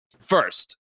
First